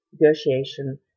Negotiation